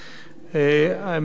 משרד החוץ נקט עמדה אחרת.